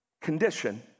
condition